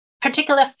particular